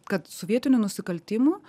kad sovietinių nusikaltimų